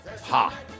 Ha